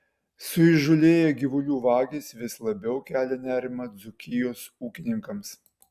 suįžūlėję gyvulių vagys vis labiau kelia nerimą dzūkijos ūkininkams